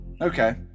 Okay